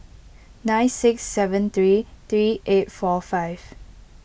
nine six seven three three eight four five